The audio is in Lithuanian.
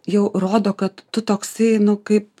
jau rodo kad tu toksai nu kaip